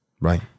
right